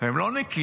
הם לא נקיים.